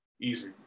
easy